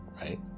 right